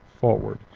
forward